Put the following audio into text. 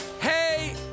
hey